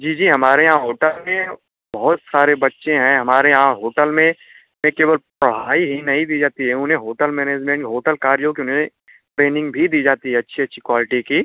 जी जी हमारे यहाँ होटल में बहुत सारे बच्चे हैं हमारे यहाँ होटल में में केवल पढ़ाई ही नहीं दी जाती है उन्हें होटल मैनेजमेंट होटल कार्यों के उन्हें ट्रेनिंग भी दी जाती है अच्छी अच्छी क्वालटी की